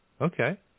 Okay